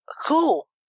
Cool